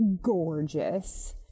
gorgeous